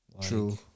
True